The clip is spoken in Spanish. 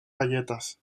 galletas